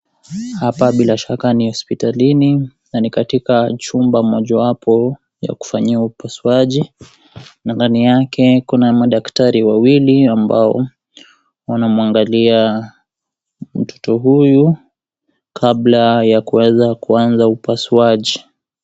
Hapa bila shaka ni hospitalini na ni katika chumba mojawapo ya kufanyia upasuaji na ndani yake kuna madaktari wawili ambao wanamwangalia mtoto huyu kabla ya kuweza kuanza upasuaji.